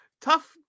Tough